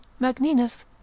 Magninus